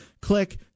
Click